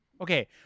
Okay